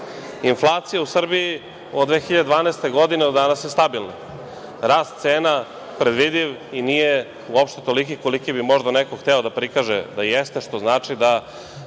veruju. Inflacija u Srbiji od 2012. godine do danas je stabilna. Rast cena predvidiv i nije uopšte toliki koliki bi možda neko hteo da prikaže da jeste, što znači da